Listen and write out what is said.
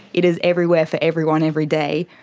it is everywhere for everyone every day,